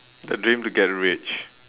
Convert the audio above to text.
the dream to get rich